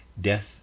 death